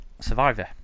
Survivor